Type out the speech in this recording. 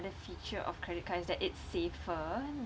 another feature of credit cards is that it's safer